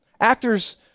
actors